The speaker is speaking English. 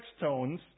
tones